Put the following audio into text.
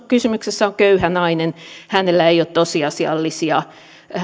kysymyksessä on köyhä nainen hänellä ei ole tosiasiallisia